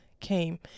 came